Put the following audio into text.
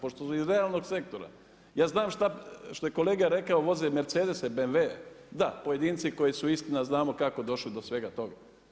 Pošto iz realnog sektora, ja znam, što je kolega rekao voze Mercedese BMW, da pojedinci koji su istina znamo kako došlo do svega toga.